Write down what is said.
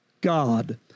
God